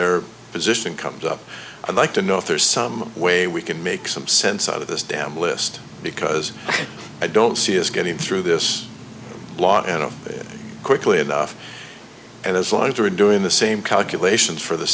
their position comes up i'd like to know if there's some way we can make some sense out of this damn list because i don't see is getting through this lot and quickly enough and as long as they're doing the same calculations for the